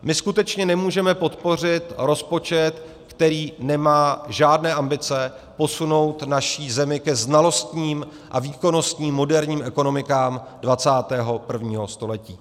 My skutečně nemůžeme podpořit rozpočet, který nemá žádné ambice posunout naši zemi ke znalostním a výkonnostním moderním ekonomikám 21. století.